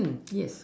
yes